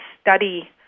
study